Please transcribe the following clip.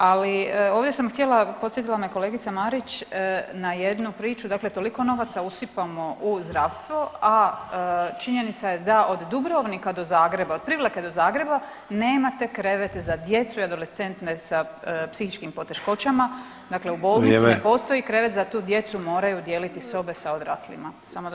Ali ovdje sam htjela, podsjetila me kolegica Marić na jednu priču, dakle toliko novaca usipamo u zdravstvo, a činjenica je da od Dubrovnika do Zagreba, od Privlake do Zagreba nemate krevet za djecu i adolescente sa psihičkim poteškoćama, dakle [[Upadica: Vrijeme.]] u bolnici ne postoji krevet za tu djecu moraju dijeliti sobe sa odraslima, samo da